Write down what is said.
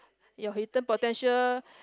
you're hidden potential